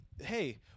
hey